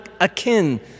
akin